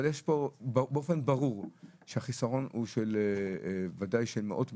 יש פה באופן ברור שהחיסכון הוא בוודאי של מאות מיליונים.